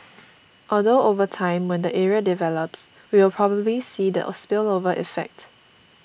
although over time when the area develops we will probably see the spillover effect